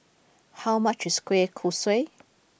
how much is Kueh Kosui